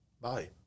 bye